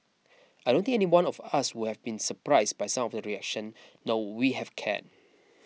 I don't think anyone of us would have been surprised by some of the reaction nor we have cared